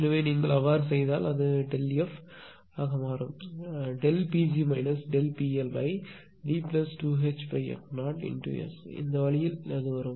எனவே நீங்கள் அவ்வாறு செய்தால் அது Δf ஆக மாறும் Pg ΔPLD2Hf0S இந்த வழியில் அது வரும்